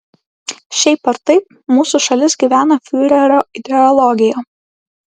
šiaip ar taip mūsų šalis gyvena fiurerio ideologija